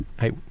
hey